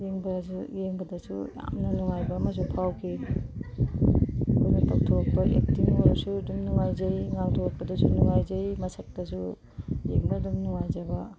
ꯌꯦꯡꯕꯗꯁꯨ ꯌꯥꯝꯅ ꯅꯨꯡꯉꯥꯏꯕ ꯑꯃꯁꯨ ꯐꯥꯎꯈꯤ ꯃꯈꯣꯏꯅ ꯇꯧꯊꯣꯔꯛꯄ ꯑꯦꯛꯇꯤꯡ ꯑꯣꯏꯔꯁꯨ ꯑꯗꯨꯝ ꯅꯨꯡꯉꯥꯏꯖꯩ ꯉꯥꯡꯊꯣꯔꯛꯄꯗꯁꯨ ꯅꯨꯡꯉꯥꯏꯖꯩ ꯃꯁꯛꯇꯁꯨ ꯌꯦꯡꯕꯗ ꯑꯗꯨꯝ ꯅꯨꯡꯉꯥꯏꯖꯕ